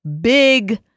Big